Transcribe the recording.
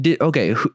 okay